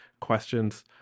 questions